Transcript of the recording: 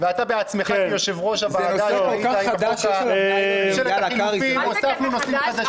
ואתה בעצמך כיושב-ראש הוועדה הוספנו נושאים חדשים